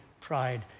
pride